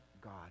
God